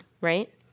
right